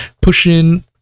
Pushing